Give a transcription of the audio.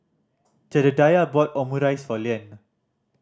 Jedediah bought Omurice for Leanne